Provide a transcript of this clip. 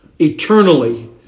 eternally